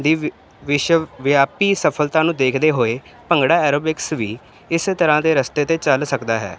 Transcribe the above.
ਦੀ ਵਿ ਵਿਸ਼ਵ ਵਿਆਪੀ ਸਫਲਤਾ ਨੂੰ ਦੇਖਦੇ ਹੋਏ ਭੰਗੜਾ ਐਰੋਬਿਕਸ ਵੀ ਇਸੇ ਤਰ੍ਹਾਂ ਦੇ ਰਸਤੇ 'ਤੇ ਚੱਲ ਸਕਦਾ ਹੈ